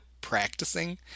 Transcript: practicing